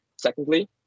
Secondly